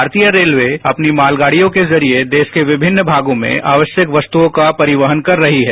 भारतीय रेलवे अपनी मालगाड़ियों के जरिये देश के विभिन्न भागों में आवश्यक वस्तुओं का परिवहन कर रही है